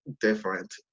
different